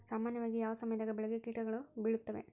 ಸಾಮಾನ್ಯವಾಗಿ ಯಾವ ಸಮಯದಾಗ ಬೆಳೆಗೆ ಕೇಟಗಳು ಬೇಳುತ್ತವೆ?